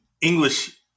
English